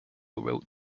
wrote